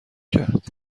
کرد